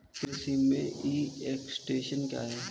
कृषि में e extension क्या है?